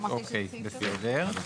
אוקיי, בסדר.